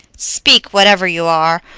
speak, whatever you are,